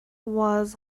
was